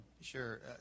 Sure